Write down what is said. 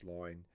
line